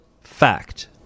fact